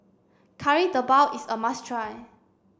Kari Debal is a must try